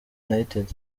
united